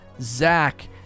Zach